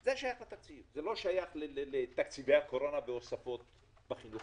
זה לא שייך לתקציבי הקורונה והוספות בחינוך.